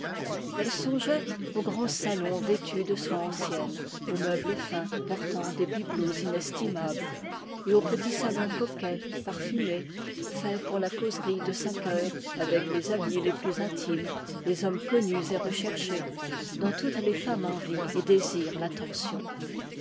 elle songeait aux grands salons vêtus de soie ancienne aux meubles fins portant des bibelots inestimables et aux petits salons coquets parfumés faits pour la causerie de cinq heures avec les amis les plus intimes les hommes connus et recherchés dont toutes les femmes envient et désirent l'attention